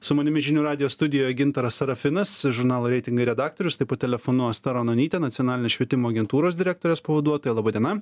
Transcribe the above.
su manimi žinių radijo studijoj gintaras sarafinas žurnalo reitingai redaktorius taip pat telefonu asta ranonytė nacionalinės švietimo agentūros direktorės pavaduotoja laba diena